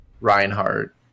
reinhardt